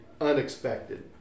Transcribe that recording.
unexpected